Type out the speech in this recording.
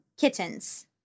kittens